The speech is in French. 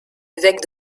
évêques